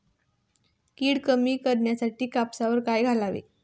कीड कमी करण्यासाठी कापसात काय घालावे?